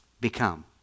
become